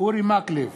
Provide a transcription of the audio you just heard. אורי מקלב,